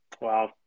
Wow